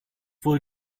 wohl